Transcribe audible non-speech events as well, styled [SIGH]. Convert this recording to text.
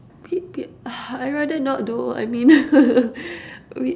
pe~ pe~ I rather not though I mean [LAUGHS] wait